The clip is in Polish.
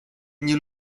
nie